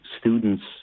students